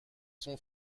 son